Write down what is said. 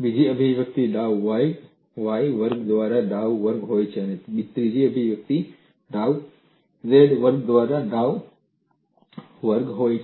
બીજી અભિવ્યક્તિ ડાઉ y વર્ગ દ્વારા ડાઉ વર્ગ હોય અને ત્રીજી અભિવ્યક્તિ ડાઉ z વર્ગ દ્વારા ડાઉ વર્ગ હોય